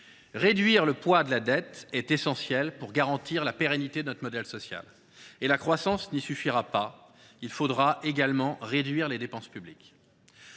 Réduire le poids de la dette est essentiel pour garantir la pérennité de notre modèle social. La croissance n’y suffira pas, il faudra également réduire les dépenses publiques.